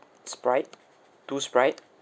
sprite two sprite